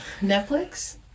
Netflix